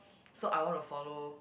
so I want to follow